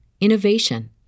innovation